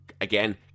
Again